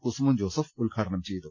കുസുമം ജോസഫ് ഉദ്ഘാടനം ചെയ്തു